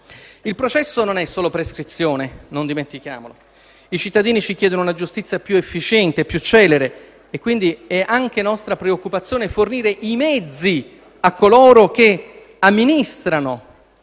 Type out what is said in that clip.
Il processo non è solo prescrizione, non dimentichiamolo. I cittadini ci chiedono una giustizia più efficiente, più celere. Quindi, è anche nostra preoccupazione fornire i mezzi a coloro che amministrano